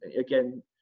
again